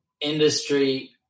industry